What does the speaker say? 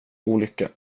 olycka